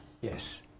Yes